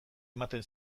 ematen